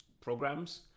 programs